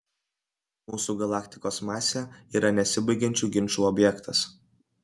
mūsų galaktikos masė yra nesibaigiančių ginčų objektas